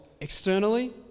Externally